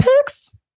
pics